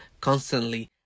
constantly